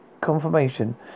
confirmation